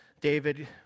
David